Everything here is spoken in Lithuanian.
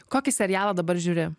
kokį serialą dabar žiūri